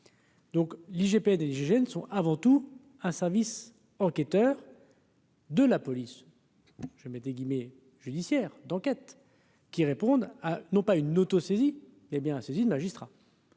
Donc l'IGPN sont avant tout un service enquêteur. De la police, je mets des guillemets judiciaire d'enquête qui répondent non pas une auto-saisi les bien saisi de magistrats